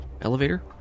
elevator